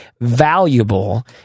valuable